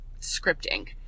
scripting